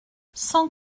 cent